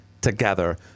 together